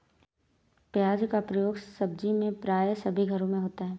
प्याज का प्रयोग सब्जी में प्राय सभी घरों में होता है